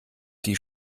die